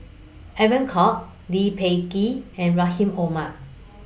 Evon Kow Lee Peh Gee and Rahim Omar